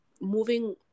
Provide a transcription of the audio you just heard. moving